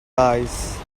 eyes